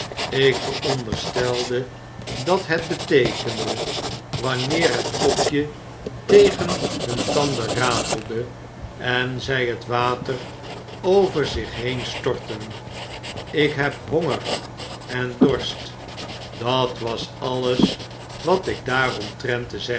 ik veronderstelde dat het beteekende wanneer het kopje tegen hun tanden ratelde en zy het water over zich heen stortten lk heb honger en dorst dat was alles wat ik daaromtrent